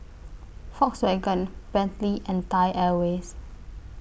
Volkswagen Bentley and Thai Airways